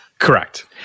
Correct